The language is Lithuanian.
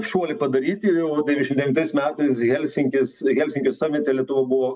šuolį padaryti ir jau devyniasdešimt devintais metais helsinkis helsinkio samite lietuva buvo